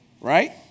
right